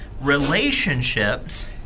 relationships